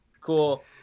cool